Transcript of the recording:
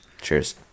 cheers